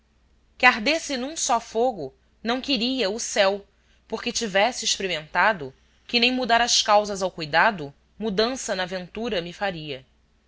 que ardesse num só fogo não queria o céu porque tivesse exprimentado que nem mudar as causas ao cuidado mudança na ventura me faria